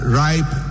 ripe